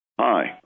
Hi